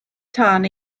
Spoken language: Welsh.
tân